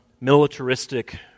militaristic